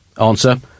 Answer